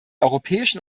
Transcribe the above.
europäischen